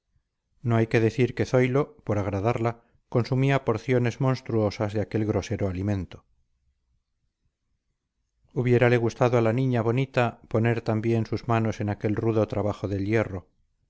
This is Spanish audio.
no hay que decir que zoilo por agradarla consumía porciones monstruosas de aquel grosero alimento hubiérale gustado a la niña bonita poner también sus manos en aquel rudo trabajo del hierro